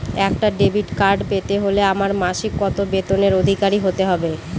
একটা debit card পেতে হলে আমার মাসিক কত বেতনের অধিকারি হতে হবে?